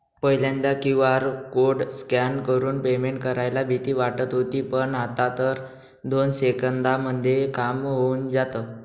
पहिल्यांदा QR code scan करून payment करायला भीती वाटत होती पण, आता तर दोन सेकंदांमध्ये काम होऊन जातं